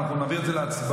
אנחנו נעביר את זה להצבעה?